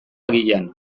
agian